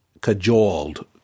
cajoled